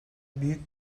büyük